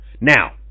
Now